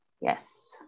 Yes